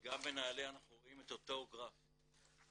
גם בנעל"ה אנחנו רואים את אותו גרף מצרפת,